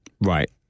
Right